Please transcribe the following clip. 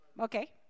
Okay